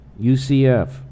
UCF